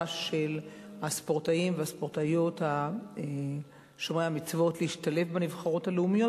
של הספורטאים והספורטאיות שומרי המצוות להשתלב בנבחרות הלאומיות